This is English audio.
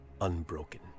unbroken